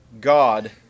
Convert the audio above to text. God